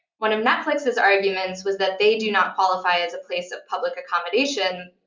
one of netflix's arguments was that they do not qualify as a place of public accommodation,